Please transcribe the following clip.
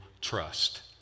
trust